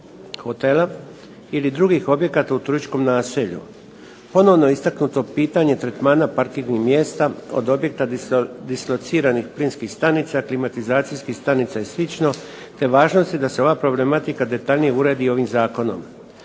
hotela ili drugih objekata u turističkom naselju. Ponovno je istaknuto pitanje tretmana parkirnih mjesta od objekta dislociranih plinskih stanica, klimatizacijskih stanica i sl., te važnosti da se ova problematika detaljnije uredi ovim zakonom.